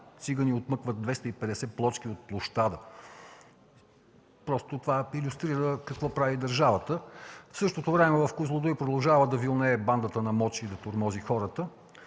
Цигани отмъкват 250 плочки от площада. Това илюстрира какво прави държавата. В същото време в Козлодуй продължава да вилнее бандата на Мочи и да тормози хората.